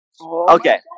Okay